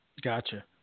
Gotcha